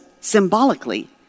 symbolically